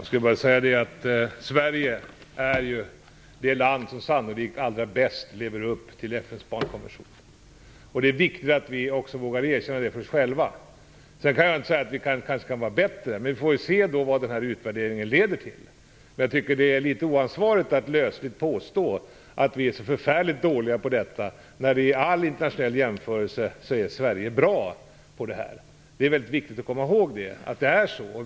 Fru talman! Sverige är det land som sannolikt allra bäst lever upp till FN:s barnkonvention. Det är viktigt att vi också vågar erkänna det för oss själva. Men vi kan kanske bli bättre. Vi får se vad utvärderingen leder till. Jag tycker att det är litet oansvarigt att lösligt påstå att vi är så förfärligt dåliga på detta när Sverige i all internationell jämförelse är bra. Det är väldigt viktigt att komma ihåg att det är så.